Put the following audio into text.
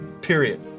period